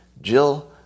Jill